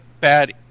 bad